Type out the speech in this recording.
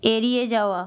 এড়িয়ে যাওয়া